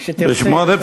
כשתרצה,